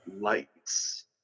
lights